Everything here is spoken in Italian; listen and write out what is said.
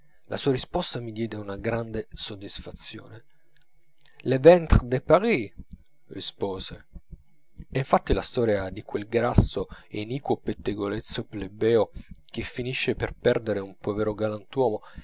la sua risposta mi diede una grande soddisfazione le ventre de paris rispose e infatti la storia di quel grasso e iniquo pettegolezzo plebeo che finisce per perdere un povero galantuomo